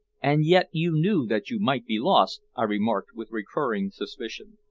and yet you knew that you might be lost? i remarked with recurring suspicion.